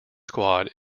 squad